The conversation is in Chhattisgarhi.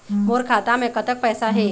मोर खाता मे कतक पैसा हे?